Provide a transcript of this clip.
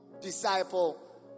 disciple